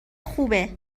خوبه